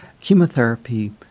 Chemotherapy